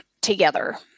together